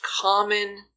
common